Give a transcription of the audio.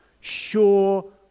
sure